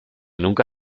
nunca